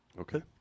Okay